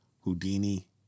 Houdini